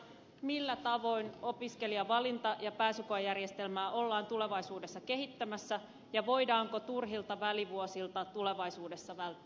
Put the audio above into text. millä tavoin opiskelijavalintaa ja pääsykoejärjestelmää ollaan tulevaisuudessa kehittämässä ja voidaanko turhilta välivuosilta tulevaisuudessa välttyä